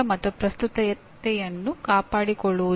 ಅದು ಅದಕ್ಕಿಂತ ಹೆಚ್ಚು